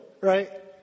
right